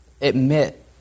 admit